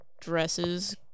dresses